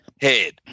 head